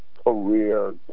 career